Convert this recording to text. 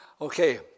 Okay